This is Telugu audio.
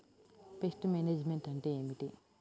పెస్ట్ మేనేజ్మెంట్ అంటే ఏమిటి?